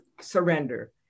surrender